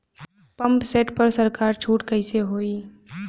Pump set पर सरकार छूट कईसे होई?